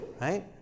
right